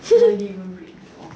I didn't even read at all